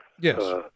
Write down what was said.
Yes